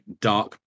dark